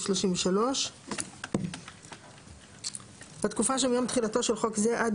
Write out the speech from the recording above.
34. בתקופה שמיום תחילתו של חוק זה עד